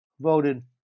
voted